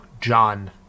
John